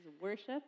worship